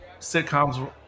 sitcoms